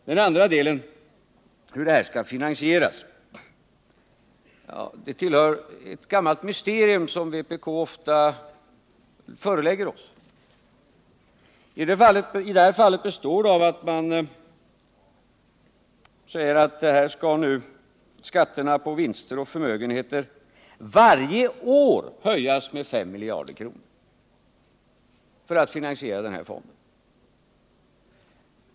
Den andra delen — om hur det här skall finansieras — är ett gammalt mysterium som vpk ofta förelägger oss. I det här fallet består mysteriet i att man säger att här skall nu skatterna på vinster och förmögenheter varje år höjas med 5 miljarder kronor för att finansiera den här fonden.